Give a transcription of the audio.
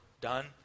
done